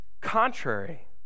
contrary